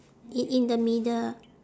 i~ in the middle